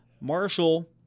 Marshall